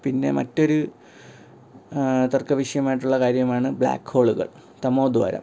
പിന്നെ മറ്റൊരു തർക്ക വിഷയമായിട്ടുള്ള കാര്യമാണ് ബ്ലാക്ക് ഹോളുകൾ തമോ ദ്വാരം